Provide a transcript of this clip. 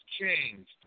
changed